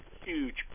huge